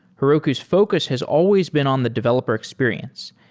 heroku's focus has always been on the developer experience,